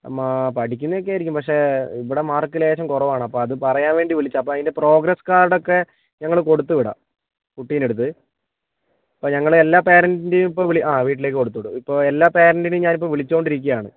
മാ പഠിക്കുന്നേക്കെ ആയിരിക്കും പക്ഷേ ഇവിടെ മാർക്ക് ലേശം കുറവാണ് അപ്പം അത് പറയാൻ വേണ്ടി വിളിച്ചതാണ് അപ്പം അതിൻ്റെ പ്രോഗ്രസ്സ് കാർഡക്കെ ഞങ്ങൾ കൊടുത്ത് വിടാം കുട്ടീൻ്റടുത്ത് അപ്പം ഞങ്ങൾ എല്ലാ പാരന്റിന്റേം ഇപ്പം വിളിക്കും ആ വീട്ടിലേക്ക് കൊടുത്ത് വിടും ഇപ്പം എല്ലാ പാരന്റിനേം ഞാൻ ഇപ്പം വിളിച്ചോണ്ടിരിക്കുവാണ്